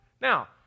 Now